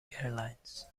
airlines